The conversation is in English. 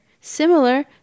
similar